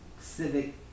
civic